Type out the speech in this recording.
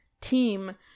team